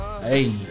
Hey